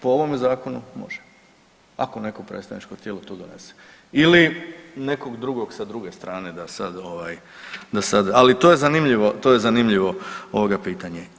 Po ovome zakonu može ako neko predstavničko tijelo to donese ili nekog drugog sa druge strane da sad ovaj, da sad, ali to je zanimljivo, to je zanimljivo ovoga pitanje.